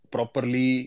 properly